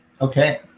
Okay